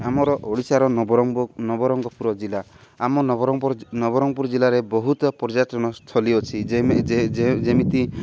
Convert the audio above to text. ଆମର ଓଡ଼ିଶାର ନବରଙ୍ଗ ନବରଙ୍ଗପୁର ଜିଲ୍ଲା ଆମ ନବରଙ୍ଗପୁର ନବରଙ୍ଗପୁର ଜିଲ୍ଲାରେ ବହୁତ ପର୍ଯ୍ୟଟନସ୍ଥଳୀ ଅଛି ଯେ ଯେମିତି